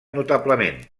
notablement